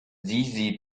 sieht